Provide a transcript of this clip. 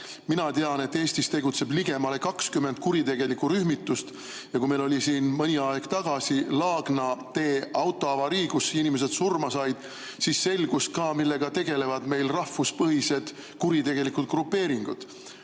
Mina tean, et Eestis tegutseb ligemale 20 kuritegelikku rühmitust. Kui meil oli siin mõni aeg tagasi Laagna tee autoavarii, kus inimesed surma said, siis selgus ka, millega tegelevad meil rahvuspõhised kuritegelikud grupeeringud: